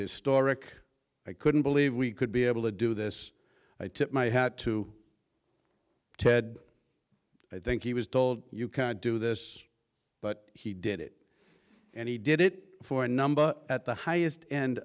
historic i couldn't believe we could be able to do this i tip my hat to ted i think he was told you can't do this but he did it and he did it for a number at the highest end